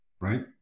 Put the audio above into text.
right